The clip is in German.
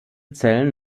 zellen